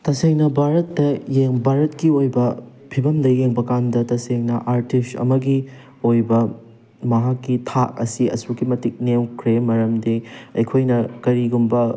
ꯇꯁꯦꯡꯅ ꯚꯥꯔꯠꯇ ꯌꯦꯡ ꯚꯥꯔꯠꯀꯤ ꯑꯣꯏꯕ ꯐꯤꯕꯝꯗ ꯌꯦꯡꯕ ꯀꯥꯟꯗ ꯇꯁꯦꯡꯅ ꯑꯥꯔꯇꯤꯁ ꯑꯃꯒꯤ ꯑꯣꯏꯕ ꯃꯍꯥꯛꯀꯤ ꯊꯥꯛ ꯑꯁꯤ ꯑꯁꯨꯛꯀꯤ ꯃꯇꯤꯛ ꯅꯦꯝꯈ꯭ꯔꯦ ꯃꯔꯝꯗꯤ ꯑꯩꯈꯣꯏꯅ ꯀꯔꯤꯒꯨꯝꯕ